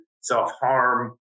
self-harm